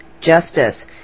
justice